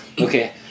okay